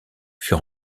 fut